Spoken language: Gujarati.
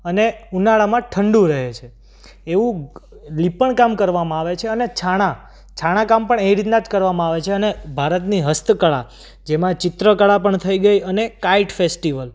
અને ઉનાળામાં ઠંડુ રહે છે એવું લીપણકામ કરવામાં આવે છે અને છાણાં છાણાં કામ પણ એ રીતના જ કરવામાં આવે છે અને ભારતની હસ્તકળા જેમાં ચિત્રકળા પણ થઈ ગઈ અને કાઇટ ફેસ્ટિવલ